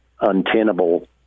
untenable